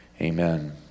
Amen